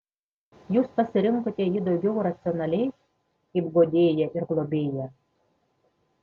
jūs pasirinkote jį daugiau racionaliai kaip guodėją ir globėją